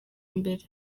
mbere